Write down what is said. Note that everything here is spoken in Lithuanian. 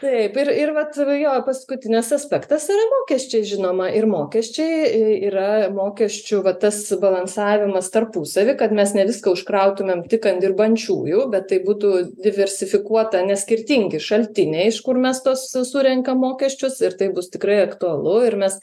taip ir ir vat jo paskutinis aspektas yra mokesčiai žinoma ir mokesčiai i yra mokesčių va tas balansavimas tarpusavy kad mes ne viską užkrautumėm tik ant dirbančiųjų bet tai būtų diversifikuota nes skirtingi šaltiniai iš kur mes tuos surenkam mokesčius ir tai bus tikrai aktualu ir mes